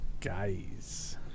Guys